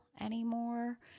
anymore